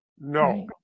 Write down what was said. No